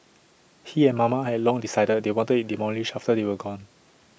he and mama had long decided they wanted IT demolished after they were gone